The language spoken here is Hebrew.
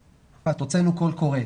הוצאנו קול קורא.